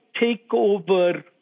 takeover